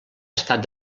estat